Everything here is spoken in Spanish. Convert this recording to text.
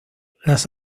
las